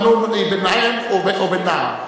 הנו"ן היא ב"נַעֶם" או ב"נַעַם"?